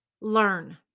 Learn